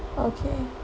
okay